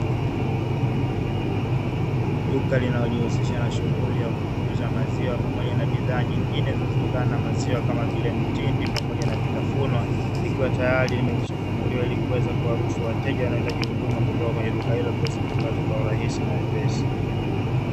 Duka linalojihusisha na shughuli ya kuuza maziwa, pamoja na bidhaa nyingine zinazotokana na maziwa, kama vile mtindi pamoja na vitafunwa, likiwa tayari limekwishafunguliwa, ili kuweza kuwaruhusu wateja wanaohitaji huduma kutoka kwenye duka hilo, kuweza kuipata kwa urahisi na wepesi.